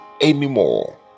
anymore